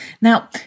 Now